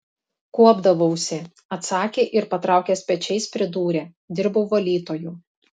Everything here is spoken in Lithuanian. kuopdavausi atsakė ir patraukęs pečiais pridūrė dirbau valytoju